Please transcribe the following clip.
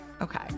okay